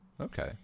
Okay